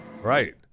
right